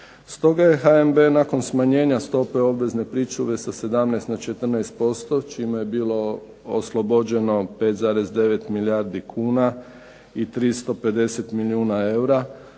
Stoga je HNB nakon smanjenja stope obvezne pričuve sa 17 na 14% čime je bilo oslobođeno 5,9 milijardi kuna i 350 milijuna eura,